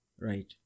Right